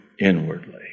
inwardly